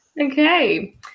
Okay